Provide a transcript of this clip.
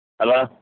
Hello